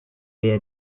via